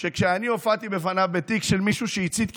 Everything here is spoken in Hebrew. כשאני הופעתי בפניו בתיק של מישהו שהצית כנסייה,